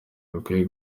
badakwiye